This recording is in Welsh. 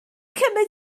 cymryd